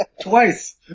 Twice